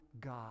God